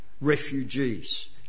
refugees